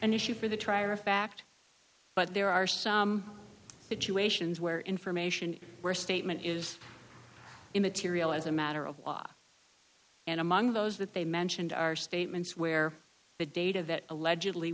an issue for the trier of fact but there are some situations where information where statement is immaterial as a matter of law and among those that they mentioned are statements where the data that allegedly